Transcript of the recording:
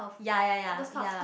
yea yea yea yea